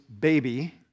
baby